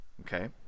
Okay